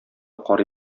карый